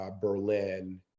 Berlin